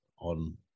on